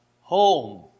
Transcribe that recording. home